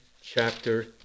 chapter